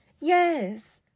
yes